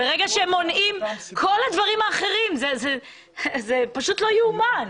ברגע שמונעים כל הדברים האחרים זה פשוט לא יאומן.